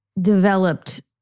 developed